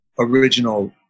original